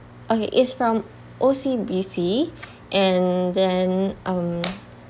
okay it's from O_C_B_C and then um